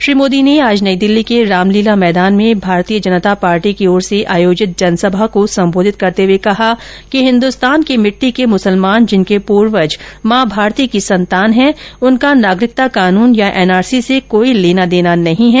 श्री मोदी ने आज नई दिल्ली के रामलीला मैदान में भारतीय जनता पार्टी की ओर से आयोजित जनसभा को सम्बोधित करते हुए कहा हिन्दुस्तान की भिट्टी के मुसलमान जिनके पूवर्ज मां भारती की संतान हैंउनका नागरिकता कानून या एनआरसी से कोई लेनादेना नहीं हैं